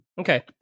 Okay